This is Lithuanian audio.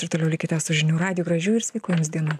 ir toliau likite su žinių radiju gražių ir sveikų jums dienų